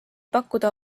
pakkuda